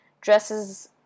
dresses